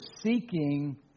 seeking